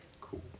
Cool